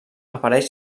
apareix